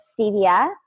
stevia